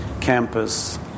campus